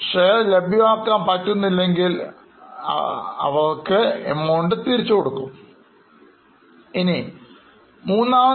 അല്ലാത്തപക്ഷം തുകതിരിച്ചു കൊടുക്കുന്നതാണ്